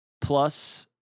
Plus